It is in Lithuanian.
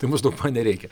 tai maždaug man nereikia